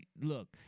look